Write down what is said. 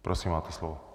Prosím, máte slovo.